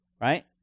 right